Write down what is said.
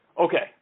Okay